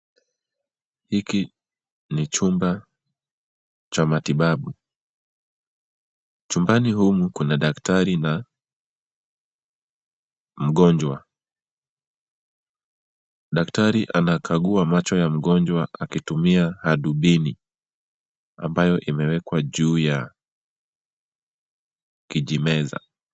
Hiki ni chumba cha matibabu. Chumbani humu kuna daktari na mgonjwa. Daktari anakagua macho ya mgonjwa akitumia hadubini ambayo imewekwa juu ya kijimeza.